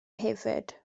hefyd